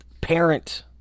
parent